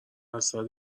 حسرت